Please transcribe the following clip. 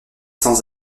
sans